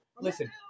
Listen